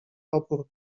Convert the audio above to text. opór